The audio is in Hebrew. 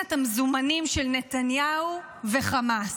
קומבינת המזומנים של נתניהו וחמאס.